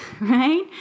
right